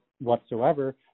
whatsoever